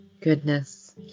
goodness